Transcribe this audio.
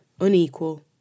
unequal